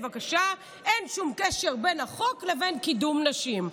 אין שום קשר בין החוק לבין קידום נשים.